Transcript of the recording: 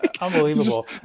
Unbelievable